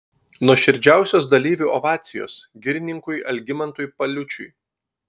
nuoširdžiausios dalyvių ovacijos girininkui algimantui paliučiui